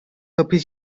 hapis